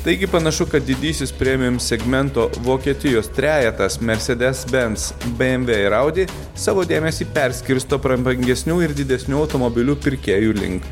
taigi panašu kad didysis premium segmento vokietijos trejetas mercedes benz bmw ir audi savo dėmesį perskirsto prabangesnių ir didesnių automobilių pirkėjų link